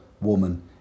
woman